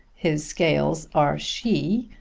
his scales are she,